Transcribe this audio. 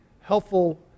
helpful